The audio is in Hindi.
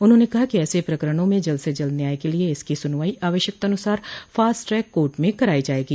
उन्होंने कहा कि ऐसे प्रकरणों में जल्द से जल्द न्याय के लिए इनकी सुनवाई आवश्यकतानुसार फास्ट ट्रैक कोर्ट में करायी जायेगी